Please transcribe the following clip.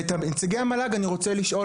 ואת נציגי המל"ג אני רוצה לשאול,